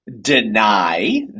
deny